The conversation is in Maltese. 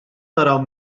naraw